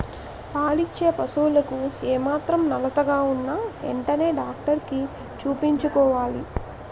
పాలిచ్చే పశువులకు ఏమాత్రం నలతగా ఉన్నా ఎంటనే డాక్టరికి చూపించుకోవాలి